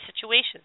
situations